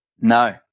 No